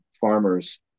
farmers